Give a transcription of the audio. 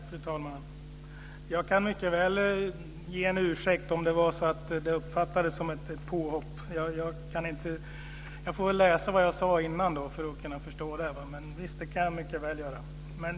Fru talman! Jag kan mycket väl ge en ursäkt om det uppfattades som ett påhopp. Jag får väl läsa vad jag tidigare sagt för att förstå om det var så.